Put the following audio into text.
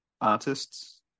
artists